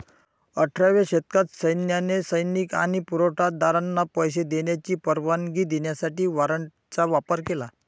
अठराव्या शतकात सैन्याने सैनिक आणि पुरवठा दारांना पैसे देण्याची परवानगी देण्यासाठी वॉरंटचा वापर केला